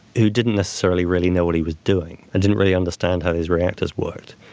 who didn't necessarily really know what he was doing, and didn't really understand how those reactors worked.